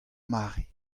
mare